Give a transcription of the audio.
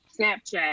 Snapchat